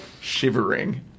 shivering